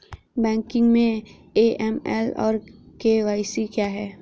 Banking में AML और KYC क्या हैं?